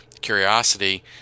curiosity